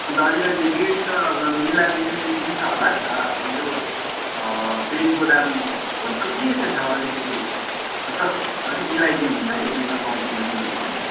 अन्त अलिकति रेट त अब मिला मिलिदिइ मिल्छ होला अन्त अब यो प्यान्टको दाम कस्तो के चाहिँ छ हौ अलिकति यसो अलिक मिलाई दिनु हुन्छ एक दुई सय कम्तीमा दिनु हुन्छ